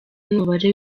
n’umubare